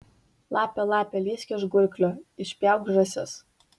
lape lape lįsk iš gurklio išpjauk žąsis